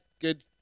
good